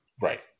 Right